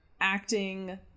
acting